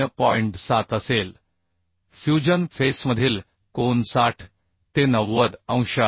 7 असेल फ्यूजन फेसमधील कोन 60 ते 90 अंश आहे